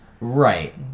Right